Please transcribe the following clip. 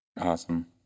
Awesome